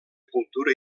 cultura